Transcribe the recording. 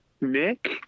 Nick